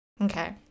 Okay